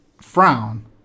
frown